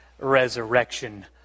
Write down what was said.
resurrection